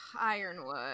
Ironwood